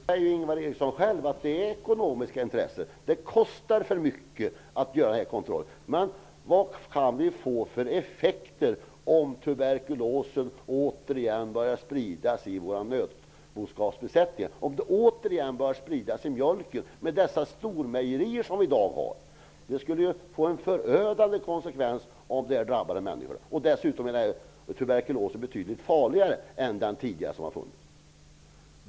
Herr talman! Nu säger Ingvar Eriksson själv att det är fråga om ekonomiska intressen; det kostar för mycket att göra kontrollen. Men vilka blir effekterna om tuberkulosen återigen börjar spridas i våra nötboskapsbesättningar, om den återigen börjar spridas i mjölken, med de stormejerier som finns i dag? Det skulle få förödande konsekvenser om det drabbade människorna. Dessutom är tuberkulosen betydligt farligare i dag än den var tidigare.